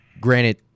Granted